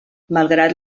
malgrat